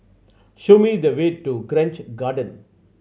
show me the way to Grange Garden